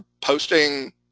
posting